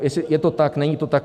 Jestli je to tak, není to tak.